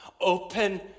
Open